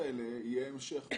יהיה המשך.